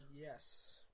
Yes